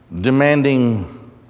demanding